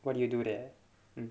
what do you do there